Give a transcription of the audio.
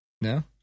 No